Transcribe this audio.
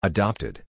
Adopted